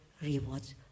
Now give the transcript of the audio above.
rewards